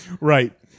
Right